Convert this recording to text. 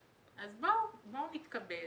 אז בואו נתכבד,